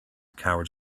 cowards